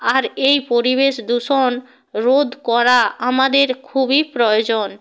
আর এই পরিবেশ দূষণ রোধ করা আমাদের খুবই প্রয়োজন